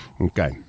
Okay